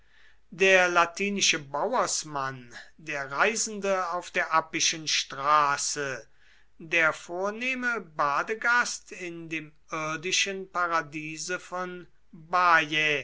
der latinische bauersmann der reisende auf der appischen straße der vornehme badegast in dem irdischen paradiese von